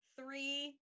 three